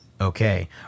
Okay